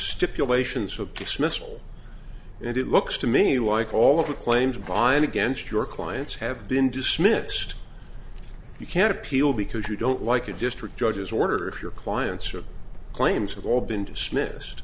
stipulations with its missile and it looks to me like all of the claims by and against your clients have been dismissed you can't appeal because you don't like a district judge's order if your clients or claims have all been dismissed